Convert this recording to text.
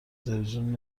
تلویزیون